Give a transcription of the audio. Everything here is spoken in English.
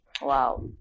Wow